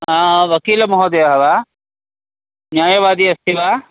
आ वकीलमहोदयः वा न्यायवादी अस्ति वा